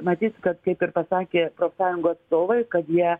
matyt kad kaip ir pasakė profsąjungų atstovai kad jie